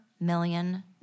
million